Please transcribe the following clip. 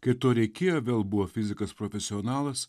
kai to reikėjo vėl buvo fizikas profesionalas